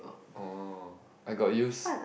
oh I got use